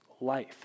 life